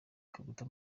kaguta